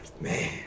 man